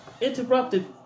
interrupted